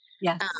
Yes